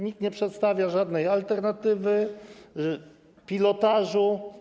Nikt nie przedstawia żadnej alternatywy, pilotażu.